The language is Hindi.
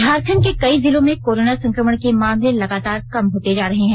झारखण्ड के कई जिलों में कोरोना संक्रमण के मामले लगातार कम होते जा रहे हैं